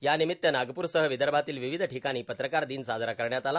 यानिमित्त नागपूरसह विदर्भातील विविध ठिकाणी पत्रकार दिन साजरा करण्यात आला